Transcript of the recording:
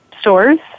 stores